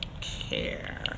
care